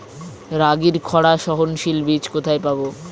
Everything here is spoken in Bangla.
রাগির খরা সহনশীল বীজ কোথায় পাবো?